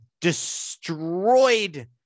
destroyed